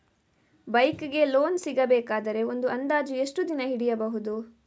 Bike ಗೆ loan ಸಿಗಬೇಕಾದರೆ ಒಂದು ಅಂದಾಜು ಎಷ್ಟು ದಿನ ಹಿಡಿಯಬಹುದು?